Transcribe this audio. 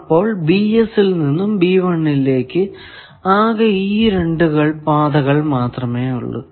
അപ്പോൾ ഈ ൽ നിന്നും ലേക്ക് ആകെ ഈ രണ്ടു പാതകൾ മാത്രമേ ഉള്ളൂ